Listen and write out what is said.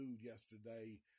yesterday